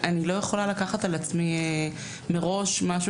אני לא יכולה לקחת על עצמי מראש משהו